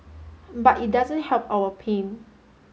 but it doesn't help our pain